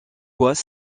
bois